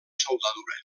soldadura